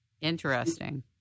Interesting